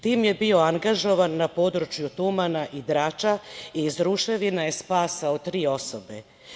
Tim je bio angažovan na području Tumana i Drača i iz ruševina je spasao tri osobe.